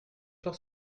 soir